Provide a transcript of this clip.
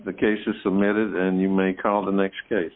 the case is submitted and you may call the next case